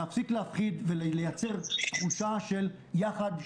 להפסיק להפחיד ולייצר תחושה של יחד,